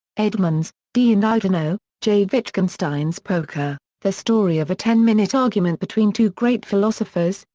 edmunds, d. and eidenow, j. wittgenstein's poker the story of a ten-minute argument between two great philosophers,